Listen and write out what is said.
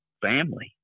family